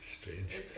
Strange